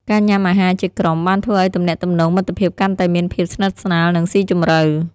ការញ៉ាំអាហារជាក្រុមបានធ្វើឱ្យទំនាក់ទំនងមិត្តភាពកាន់តែមានភាពស្និទ្ធស្នាលនិងស៊ីជម្រៅ។